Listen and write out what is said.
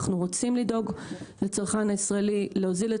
אנחנו רוצים לדאוג לצרכן הישראלי להוזיל את